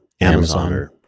Amazon